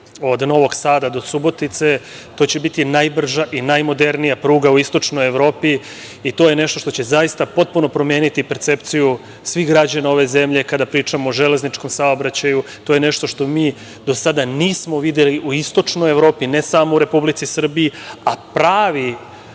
od Novog Sada do Subotice. To će biti najbrža i najmodernija pruga u Istočnoj Evropi. I to je nešto što će zaista potpuno promeniti percepciju svih građana ove zemlje kada pričamo o železničkom saobraćaju. To je nešto što mi do sada nismo videli u Istočnoj Evropi, ne samo u Republici Srbiji, a pravi